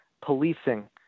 policing